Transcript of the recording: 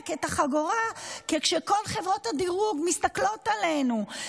את החגורה כשכל חברות הדירוג מסתכלות עלינו,